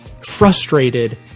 frustrated